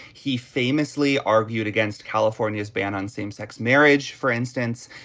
he famously argued against california's ban on same sex marriage for instance.